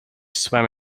swam